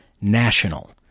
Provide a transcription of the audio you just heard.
national